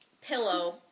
pillow